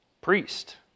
Priest